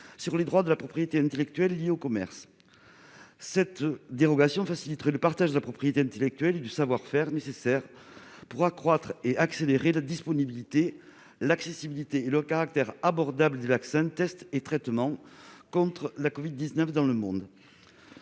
au commerce, de l'OMC, l'Organisation mondiale du commerce. Une telle dérogation faciliterait le partage de la propriété intellectuelle et du savoir-faire nécessaire pour accroître et accélérer la disponibilité, l'accessibilité et le caractère abordable des vaccins, tests et traitements contre la covid-19 dans le monde.